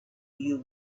you